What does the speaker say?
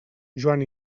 joan